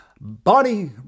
Bonnie